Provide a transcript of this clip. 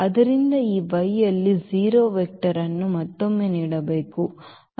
ಆದ್ದರಿಂದ ಈ Y ಯಲ್ಲಿ 0 ವೆಕ್ಟರ್ ಅನ್ನು ಮತ್ತೊಮ್ಮೆ ನೀಡಬೇಕು